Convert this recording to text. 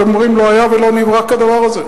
הם אומרים: לא היה ולא נברא כדבר הזה,